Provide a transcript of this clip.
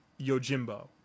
Yojimbo